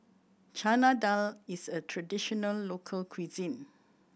Chana Dal is a traditional local cuisine